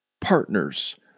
partners